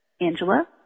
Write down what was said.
Angela